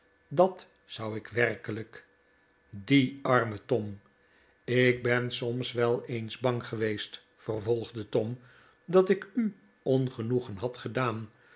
dat zou ik werkelijk die arme tom ik ben soms wel eens bang geweest vervolgde tom dat ik u ongenoegen had gedaan